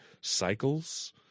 cycles